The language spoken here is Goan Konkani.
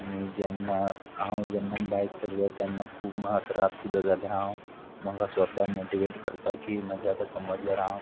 आनी जेन्ना हांव जेन्ना बायक चलयता तेन्ना खूब म्हाका त्रास सुद्दां जाल्यार हांव म्हाका स्वता मोटिवेट करता की म्हजे आतां समज जर हांव